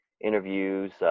interviews